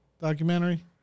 documentary